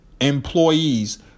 Employees